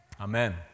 amen